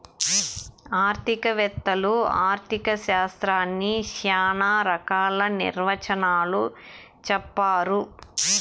ఆర్థిక వేత్తలు ఆర్ధిక శాస్త్రాన్ని శ్యానా రకాల నిర్వచనాలు చెప్పారు